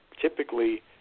typically